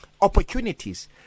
opportunities